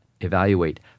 evaluate